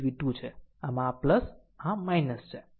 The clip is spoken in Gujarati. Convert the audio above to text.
આમ આ આ છે